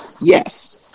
Yes